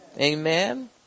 Amen